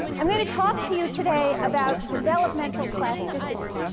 i'm going to talk to you today about developmental plasticity.